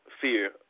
fear